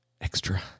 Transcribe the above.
extra